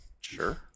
sure